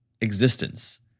existence